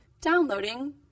Downloading